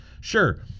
sure